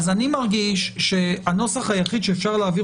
אני מרגיש שהנוסח היחיד שאפשר להעביר